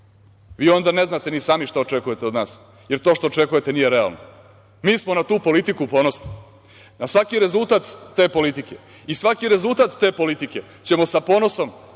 Vi onda ne znate ni samo šta očekujete od nas, jer to što očekujete nije realno. Mi smo na tu politiku ponosni. Na svaki rezultat te politike i svaki rezultat te politike ćemo sa ponosom